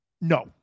No